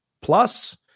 Plus